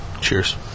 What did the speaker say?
Cheers